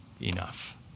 enough